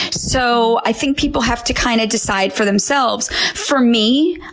so i think people have to kind of decide for themselves. for me,